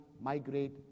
migrate